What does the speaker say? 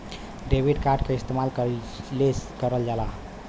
Debit card के इस्तेमाल कइसे करल जाला?